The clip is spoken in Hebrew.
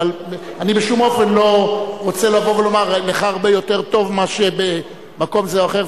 אני בשום אופן לא רוצה לבוא ולומר לך הרבה יותר מאשר במקום זה או אחר,